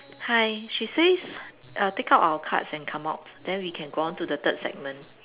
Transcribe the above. hi she says uh take our cards and come out then we can go on to the third segment